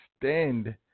extend